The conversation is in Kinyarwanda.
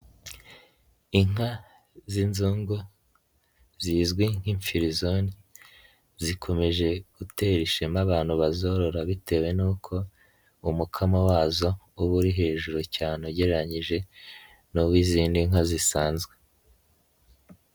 Inka z'inzungu zizwi nk'imfirizone zikomeje gutera ishema abantu bazorora, bitewe n'uko umukamo wazo uba uri hejuru cyane ugereranyije n'uw'izindi nka zisanzwe.